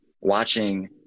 watching